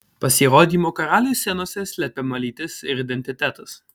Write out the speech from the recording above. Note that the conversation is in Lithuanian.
pasirodymo karaliui scenose slepiama lytis ir identitetas